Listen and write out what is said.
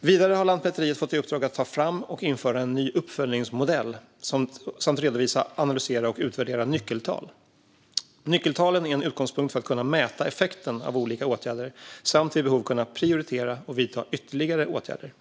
Vidare har Lantmäteriet fått i uppdrag att ta fram och införa en ny uppföljningsmodell samt redovisa, analysera och utvärdera nyckeltal. Nyckeltalen är en utgångspunkt för att kunna mäta effekten av olika åtgärder samt vid behov kunna prioritera och vidta ytterligare åtgärder.